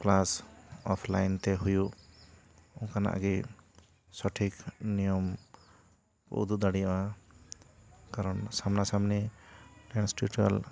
class offline ᱛᱮ ᱦᱩᱭᱩᱜ ᱚᱱᱠᱟᱱᱟᱜ ᱜᱮ ᱥᱚᱴᱷᱤᱠ ᱱᱤᱭᱚᱢ ᱩᱫᱩᱜ ᱫᱟᱲᱮᱭᱟᱜᱼᱟ ᱠᱟᱨᱚᱱ ᱥᱟᱢᱱᱟ ᱥᱟᱢᱱᱤ ᱯᱷᱮᱹᱥ ᱴᱨᱤᱴᱩᱭᱟᱞ